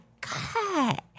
cut